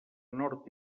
nord